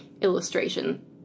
illustration